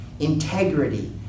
integrity